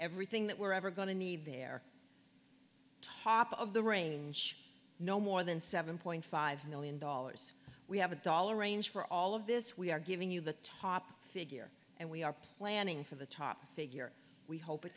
everything that we're ever going to need their top of the range no more than seven point five million dollars we have a dollar range for all of this we are giving you the top figure and we are planning for the top figure we hope it